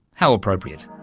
how appropriate.